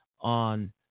on